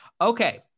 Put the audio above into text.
Okay